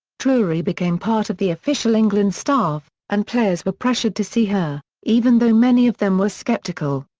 drewery became part of the official england staff, and players were pressured to see her, even though many of them were sceptical.